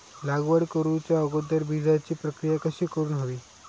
लागवड करूच्या अगोदर बिजाची प्रकिया कशी करून हवी?